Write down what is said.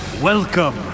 welcome